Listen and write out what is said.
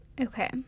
Okay